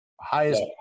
highest